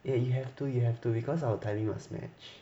eh you have to you have to cause our timing must match